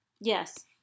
Yes